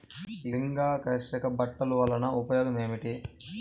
లింగాకర్షక బుట్టలు వలన ఉపయోగం ఏమిటి?